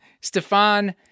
Stefan